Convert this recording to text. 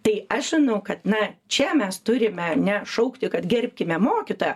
tai aš manau kad na čia mes turime ne šaukti kad gerbkime mokytoją